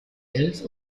elf